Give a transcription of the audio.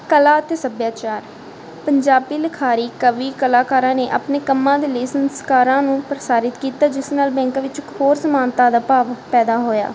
ਕਲਾ ਅਤੇ ਸੱਭਿਆਚਾਰ ਪੰਜਾਬੀ ਲਿਖਾਰੀ ਕਵੀ ਕਲਾਕਾਰਾਂ ਨੇ ਆਪਣੇ ਕੰਮਾਂ ਦੇ ਲਈ ਸੰਸਕਾਰਾਂ ਨੂੰ ਪ੍ਰਸਾਰਿਤ ਕੀਤਾ ਜਿਸ ਨਾਲ ਬੈਂਕ ਵਿੱਚ ਇੱਕ ਹੋਰ ਸਮਾਨਤਾ ਦਾ ਭਾਵ ਪੈਦਾ ਹੋਇਆ